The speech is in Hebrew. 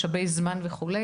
משאבי זמן וכו',